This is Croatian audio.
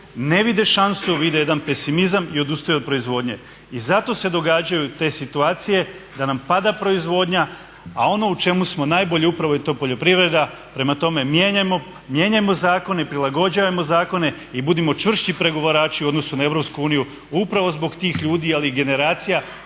ne vide šansu, vide jedan pesimizam i odustaju od proizvodnje. I zato se događaju te situacije da nam pada proizvodnja, a ono u čemu smo najbolji upravo je to poljoprivreda. Prema tome, mijenjajmo zakone, prilagođavajmo zakone i budimo čvršći pregovarači u odnosu na EU upravo zbog tih ljudi ali i generacija